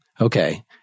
okay